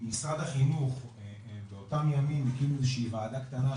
משרד החינוך באותם ימים הקים איזה שהיא וועדה קטנה,